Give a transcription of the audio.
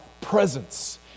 presence